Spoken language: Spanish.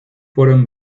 fueron